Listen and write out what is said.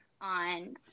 on